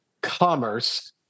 Commerce